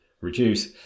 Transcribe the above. reduce